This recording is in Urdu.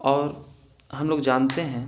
اور ہم لوگ جانتے ہیں